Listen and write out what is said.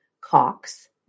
Cox